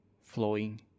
flowing